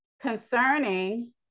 Concerning